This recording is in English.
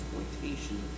exploitation